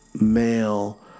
Male